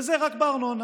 וזה רק בארנונה.